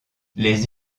les